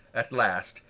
at last,